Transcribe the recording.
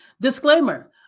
Disclaimer